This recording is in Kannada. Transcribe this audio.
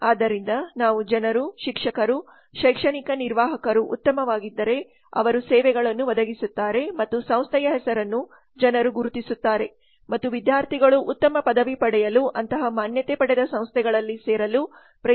ಆದ್ದರಿಂದ ನಾವು ಜನರು ಶಿಕ್ಷಕರು ಶೈಕ್ಷಣಿಕ ನಿರ್ವಾಹಕರು ಉತ್ತಮವಾಗಿದ್ದರೆ ಅವರು ಸೇವೆಗಳನ್ನು ಒದಗಿಸುತ್ತಾರೆ ಮತ್ತು ಸಂಸ್ಥೆಯ ಹೆಸರನ್ನು ಜನರು ಗುರುತಿಸುತ್ತಾರೆ ಮತ್ತು ವಿದ್ಯಾರ್ಥಿಗಳು ಉತ್ತಮ ಪದವಿ ಪಡೆಯಲು ಅಂತಹ ಮಾನ್ಯತೆ ಪಡೆದ ಸಂಸ್ಥೆಗಳಲ್ಲಿ ಸೇರಲು ಪ್ರಯತ್ನಿಸುತ್ತಾರೆ